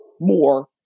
more